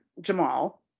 Jamal